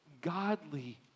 godly